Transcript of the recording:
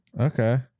Okay